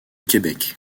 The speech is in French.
québec